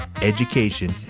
education